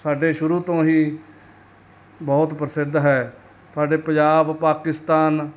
ਸਾਡੇ ਸ਼ੁਰੂ ਤੋਂ ਹੀ ਬਹੁਤ ਪ੍ਰਸਿੱਧ ਹੈ ਤੁਹਾਡੇ ਪੰਜਾਬ ਪਾਕਿਸਤਾਨ